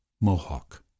Mohawk